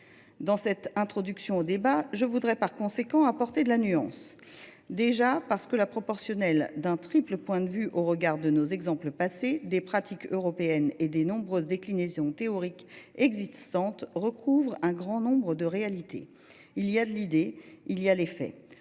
Dans cette introduction au débat, je voudrais par conséquent apporter de la nuance. En effet, la proportionnelle, d’un triple point de vue – au regard de nos exemples passés, des pratiques européennes et des nombreuses déclinaisons théoriques existantes –, recouvre un grand nombre de réalités. Il y a l’idée et il y a les faits.